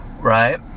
right